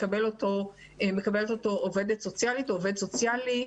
מקבלת אותו עובדת סוציאלית או עובד סוציאלי,